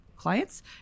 clients